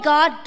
God